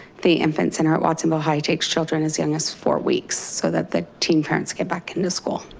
the infant center at watsonville high takes children as young as four weeks so that the teen parents get back into school.